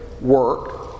work